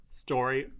story